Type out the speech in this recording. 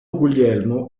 guglielmo